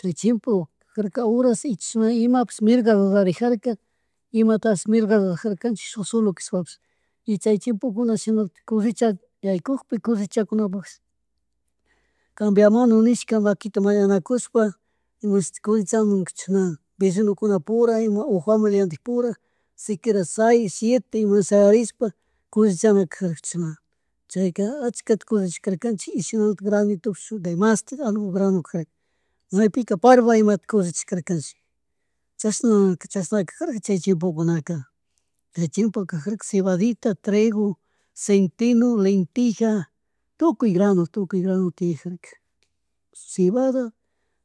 Chay chimpu karka horas chishna imapish mirgka rurarijarka imatashi mirgakurajarkanchich shuk solo kashpapish y chay chimpukuna shinalitik collecha yaykukpi collechakunapushi cambia mana nishka maquita mañakushpa imash collechamun chashna vellinakunapura ima o familiandik pura siquuera seis, siete ima sharaishpa kollechana karjarka chashna chayka allckata collechashkarkanchik y shinalatik granitupish demashtik algo grano cajarka maypika parba imata collechishkarkanchik chashna, chashna kajarka chay tiempokunaka chay timepo kajarka cebadita tirigo centeno lenteja tukuy grano, tukuy grano tiyajarka cebada,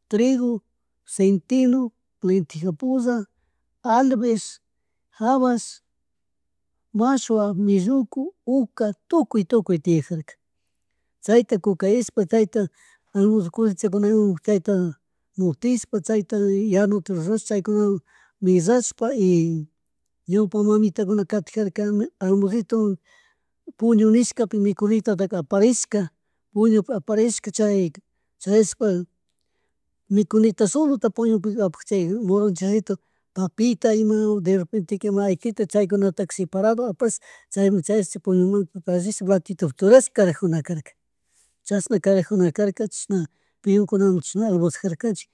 trigo, centeno, lenteja pulla, alves, jabas, mashua, melloco, oca tukuy tukuy tiyakarka chayta kukayashpa chayta almollokullichakunawan chayta mutishpa cahyta yanuta rurashpa chaykunawan mishashpa y ñawpa mamitakunaka katijarka almollituwan puñu nishkapi mikunitata aparishka, puñupi aparishka chayka chayashpa mikunitasolota puñupi apak chay papita, ima derrepente ima chaykunataka separado apash chaymun chayash tallish platitupi churash karajunakarka chashna karajunakarka chishna peonkunawan chishana almorzajarkanchik